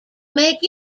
make